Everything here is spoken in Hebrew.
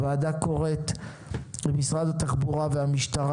הוועדה קוראת למשרד התחבורה והמשטרה